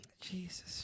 Jesus